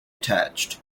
attached